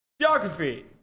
geography